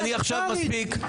מספיק.